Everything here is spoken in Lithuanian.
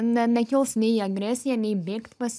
ne nekils nei agresija nei bėgt pas